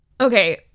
Okay